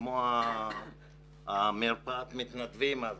כמו מרפאת המתנדבים או